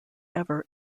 ever